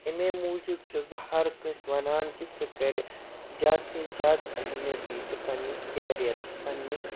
اَمے موٗجوٗب چھُس بہٕ ہر کٲنٛسہِ وَنان کہِ سُہ کَرِ زیادٕ سے زیادٕ اہمیت دِی سُہ پَنٕنِس کیریرَس پَنٕنِس